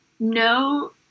no